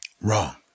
Wrong